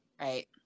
Right